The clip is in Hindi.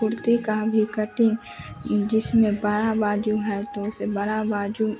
कुर्ती की भी कटिन्ग जिसमें बड़ा बाजू है तो उसे बड़ा बाजू